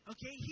Okay